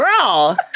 Girl